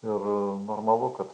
ir normalu kad